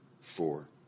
four